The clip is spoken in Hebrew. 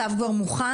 הצו כבר מוכן,